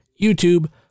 YouTube